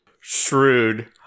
Shrewd